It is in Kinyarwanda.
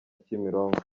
kimironko